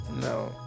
No